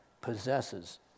possesses